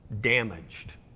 damaged